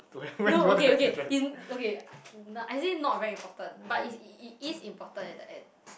no okay okay in okay I think not very important but it's it is important at the end